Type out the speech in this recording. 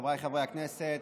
חבריי חברי הכנסת,